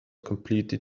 completely